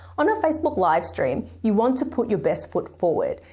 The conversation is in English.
on a facebook livestream, you want to put your best foot forward.